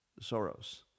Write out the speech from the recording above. Soros